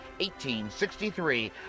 1863